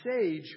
sage